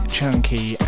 Chunky